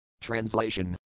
Translation